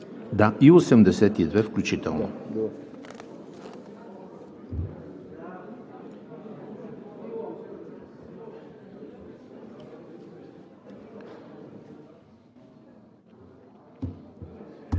81 и 82 включително.